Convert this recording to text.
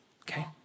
okay